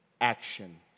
Action